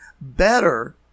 better